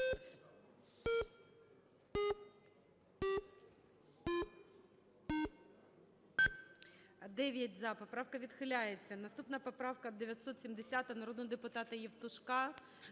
13:29:26 За-9 Поправка відхиляється. Наступна поправка - 970, народного депутата Євтушка.